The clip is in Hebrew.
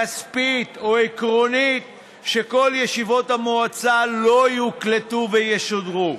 כספית או עקרונית שכל ישיבות המועצה לא יוקלטו וישודרו.